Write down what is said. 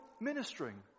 ministering